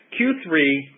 Q3